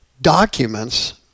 documents